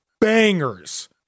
Bangers